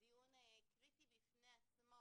דיון קריטי בפני עצמו.